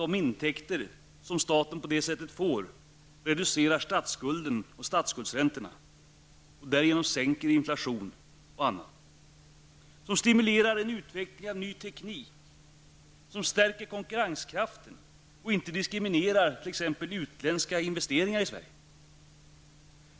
De intäkter som staten på det sättet får bidrar till att statsskulden och statsskuldräntorna reduceras. Därigenom minskar exempelvis inflationen. Vi behöver en politik som stimulerar utvecklingen av ny teknik och som stärker konkurrenskraften -- en politik som inte innebär att t.ex. utländska investeringar i Sverige diskrimineras.